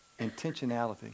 Intentionality